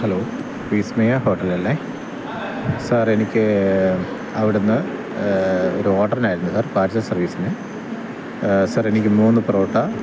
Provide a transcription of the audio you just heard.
hello Vismaya ഹോട്ടലല്ലേ sir എനിക്ക് അവിടുന്ന് ഒരോഡറിനായിരുന്നു സാര് പാഴ്സല് സര്വീസിന് സാര് എനിക്ക് മൂന്ന് പൊറോട്ട